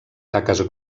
taques